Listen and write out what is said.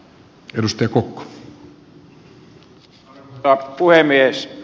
arvoisa puhemies